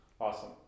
awesome